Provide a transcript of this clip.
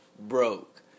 broke